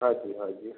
हाँ जी हाँ जी